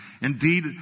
Indeed